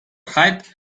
height